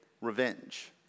revenge